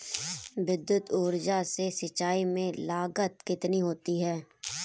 विद्युत ऊर्जा से सिंचाई में लागत कितनी होती है?